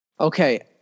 Okay